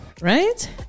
right